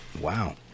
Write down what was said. Wow